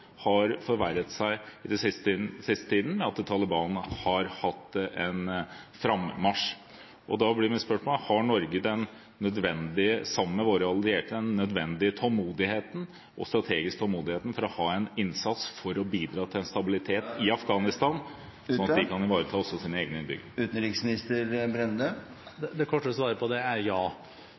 har forverret seg den siste tiden, ved at Taliban har hatt en frammarsj: Har Norge sammen med våre allierte den nødvendige og strategiske tålmodigheten til å ha en innsats for å bidra til en stabilitet i Afghanistan, slik at de kan ivareta sine egne innbyggere? Det korte svaret på det er ja.